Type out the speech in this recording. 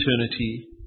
eternity